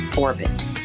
orbit